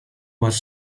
was